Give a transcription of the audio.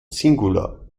singular